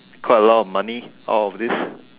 quite a lot of money out of this